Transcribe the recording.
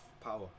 power